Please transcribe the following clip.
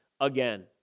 again